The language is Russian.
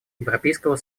европейского